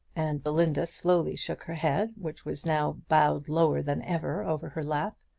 and belinda slowly shook her head, which was now bowed lower than ever over her lap.